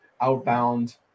outbound